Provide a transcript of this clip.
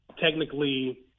technically